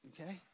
okay